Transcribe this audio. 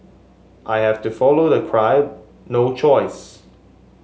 I have to follow the crowd no choice